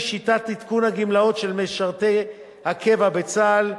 שיטת עדכון הגמלאות של משרתי הקבע בצה"ל,